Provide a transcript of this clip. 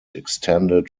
extended